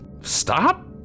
Stop